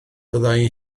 fyddai